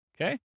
Okay